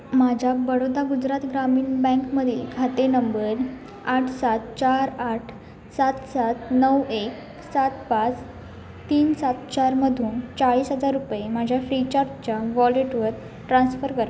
माझ्या बडोदा गुजरात ग्रामीण बँकमधील खाते नंबर आठ सात चार आठ सात सात नऊ एक सात पाच तीन सात चारमधून चाळीस हजार रुपये माझ्या फ्रीचार्जच्या वॉलेटवर ट्रान्स्फर करा